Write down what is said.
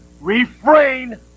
refrain